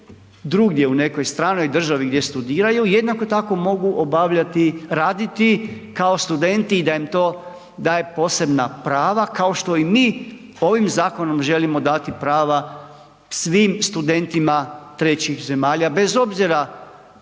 drugdje, u nekoj stranoj državi gdje studiraju, jednako tako mogu obavljati, raditi kao studenti i da nam to daje posebna prava kao što i mi ovim zakonom želimo dati prava svim studentima trećih zemalja bez obzira